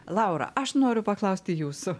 laura aš noriu paklausti jūsų